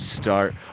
start